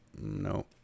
no